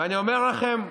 ואני אומר לכם,